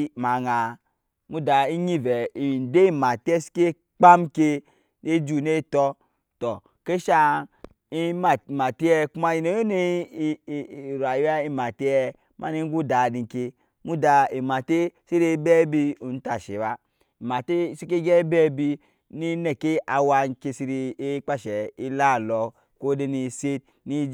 Ema aŋaa emda enyi vɛɛ enden ematee seke kpam ŋke we jut ne tɔ tɔ eŋke shaŋ emate kuma nne yene yi e rayuwa ematee ema ni ŋgo dadi ŋke emada emate sene ebɛɛ bi onta shee ba emate seke gyɛp ebɛbi ne neke awa ŋke sene kpa ebebi ne neke awa nke sene kpa enshɛɛ e la atɔ ko de ne set